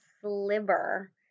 sliver